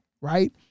Right